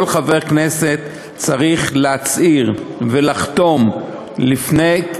שכל חבר כנסת צריך להצהיר ולחתום לפני,